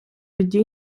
біді